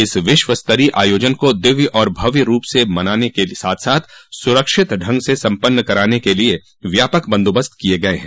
इस विश्व स्तरीय आयोजन को दिव्य और भव्य रूप से मनाने के साथ साथ सरक्षित ढंग से सम्पन्न कराने के लिये व्यापक बन्दोबस्त किये गये हैं